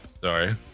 Sorry